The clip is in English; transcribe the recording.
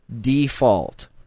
Default